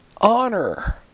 honor